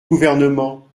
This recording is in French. gouvernement